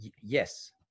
Yes